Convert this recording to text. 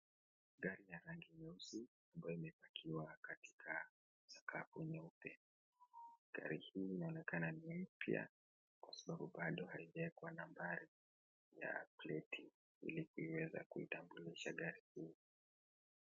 Gari ya rangi nyeusi ambayo imepakiwa katika sakafu nyeupe, gari hii inaonekana ni mpya kwa sababu pale haijawekwa nambari ya pleti hili kuitambulisha gari hii.